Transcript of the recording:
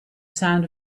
sound